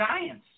science